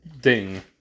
ding